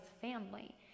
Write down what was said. family